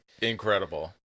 incredible